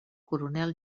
coronel